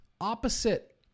opposite